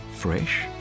fresh